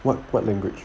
what what language